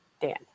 Dan